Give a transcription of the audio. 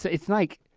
so it's like,